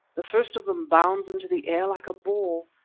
the first of them bounds into the air like a ball.